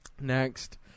Next